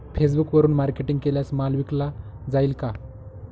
फेसबुकवरुन मार्केटिंग केल्यास माल विकला जाईल का?